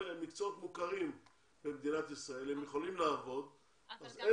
מקצועות מוכרים במדינת ישראל והם יכולים לעבוד כך שלעולים אין